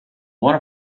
one